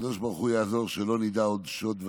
ושהקדוש ברוך הוא יעזור שלא נדע עוד שוד ושבר.